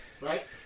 Right